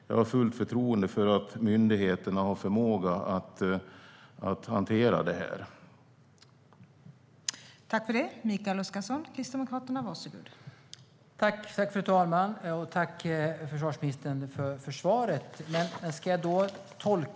Jag har fullt förtroende för att myndigheterna har förmåga att hantera dessa frågor.